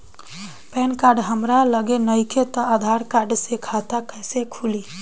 Pan card हमरा लगे नईखे त आधार कार्ड से खाता कैसे खुली?